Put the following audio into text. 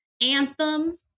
anthem